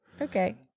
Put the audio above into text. Okay